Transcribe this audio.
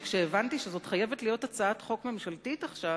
כשהבנתי שזאת חייבת להיות הצעת חוק ממשלתית עכשיו